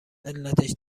علتش